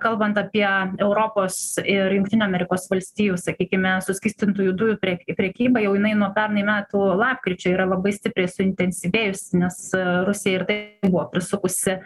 kalbant apie europos ir jungtinių amerikos valstijų sakykime suskystintųjų dujų pre prekybą jau jinai nuo pernai metų lapkričio yra labai stipriai suintensyvėjus nes rusija ir taip buvo prisukusi